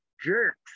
jerks